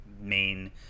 main